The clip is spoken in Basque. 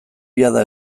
jada